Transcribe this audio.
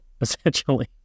essentially